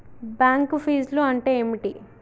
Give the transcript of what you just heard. Bank ఫీజ్లు అంటే ఏమిటి?